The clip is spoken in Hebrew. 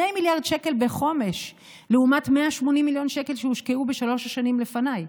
2 מיליארד שקל בחומש לעומת 180 מיליון שקל שהושקעו בשלוש השנים לפניי.